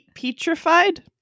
petrified